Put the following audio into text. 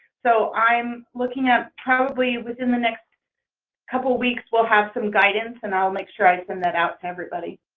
so i'm looking at probably within the next couple weeks we'll have some guidance and i'll make sure i send that out to everybody.